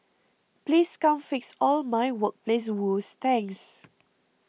please come fix all my workplace woes thanks